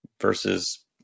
versus